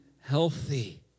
healthy